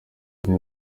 niyo